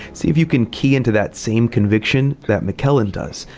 see if you can key into that same conviction that mckellen does.